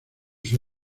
sus